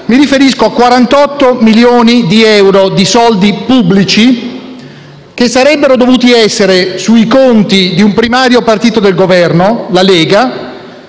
Mi riferisco a 48 milioni di euro di soldi pubblici che sarebbero dovuti essere sui conti di un primario partito del Governo, la Lega,